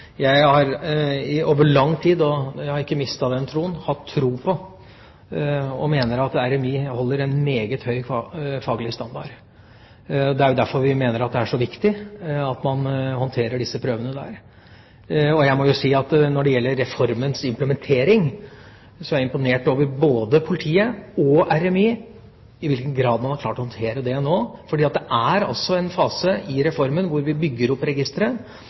Jeg har over lang tid hatt tro på – og jeg har ikke mistet den troen – og mener at RMI holder en meget høy faglig standard. Det er derfor vi mener at det er så viktig at man håndterer disse prøvene der. Når det gjelder reformens implementering, er jeg imponert over i hvilken grad både politiet og RMI har klart å håndtere DNA, for dette er altså en fase i reformen hvor vi bygger opp registeret.